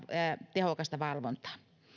tehokasta valvontaa